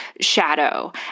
shadow